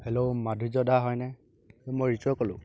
hello Madhurya da হয়নে এই মই ঋতুৱে ক'লোঁ